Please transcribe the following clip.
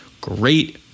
great